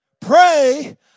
pray